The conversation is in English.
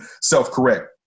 self-correct